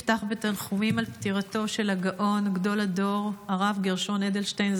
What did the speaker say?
אפתח בתנחומים על פטירתו של הגאון גדול הדור הרב גרשון אדלשטיין,